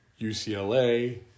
UCLA